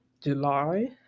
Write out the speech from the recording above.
July